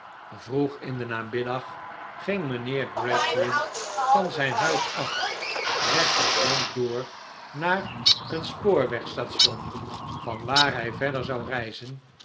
vroeg in den namiddag ging mijnheer gradgrind van zijn huis af recht het land door naar een spoorwegstation van waar hij verder zou reizen